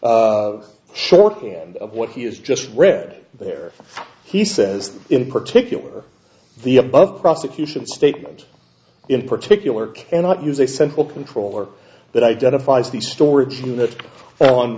own shorthand of what he has just read there he says in particular the above prosecution statement in particular cannot use a simple control or that identifies the storage unit on